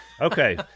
okay